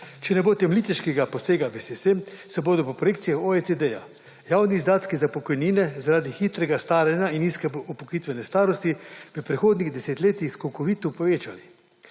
če ne bo temeljitejšega posega v sistem, se bodo v projekcije OECD javni izdatki za pokojnine zaradi hitrega staranja in nizke upokojitvene starosti v prihodnjih desetletjih skokovito povečali.